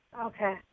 Okay